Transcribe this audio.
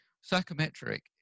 psychometric